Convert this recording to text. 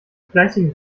fleißigen